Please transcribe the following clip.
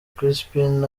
crispin